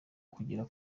kugera